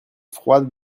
froide